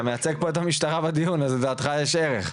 אתה מייצג פה את המשטרה בדיון, לדעתך יש ערך.